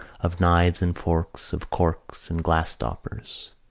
of knives and forks, of corks and glass-stoppers.